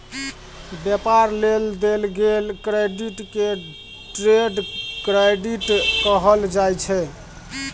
व्यापार लेल देल गेल क्रेडिट के ट्रेड क्रेडिट कहल जाइ छै